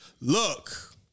look